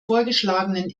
vorgeschlagenen